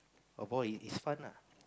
of all it's fun lah